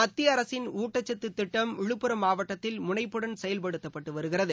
மத்திய அரசின் ஊட்டச்சத்து திட்டம் விழுப்புரம் மாவட்டத்தில் முனைப்புடன் செயல்படுத்தப்பட்டு வருகிறது